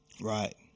Right